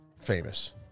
famous